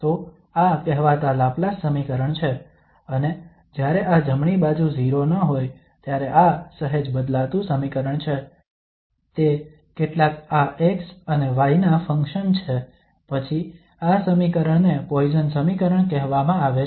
તો આ કહેવાતા લાપ્લાસ સમીકરણ છે અને જ્યારે આ જમણી બાજુ 0 ન હોય ત્યારે આ સહેજ બદલાતું સમીકરણ છે તે કેટલાક આ x અને y ના ફંક્શન છે પછી આ સમીકરણને પોઇસન સમીકરણ કહેવામાં આવે છે